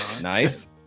Nice